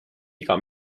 iga